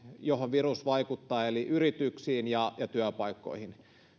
johon virus vaikuttaa eli yrityksiin ja ja työpaikkoihin